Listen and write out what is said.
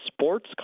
sports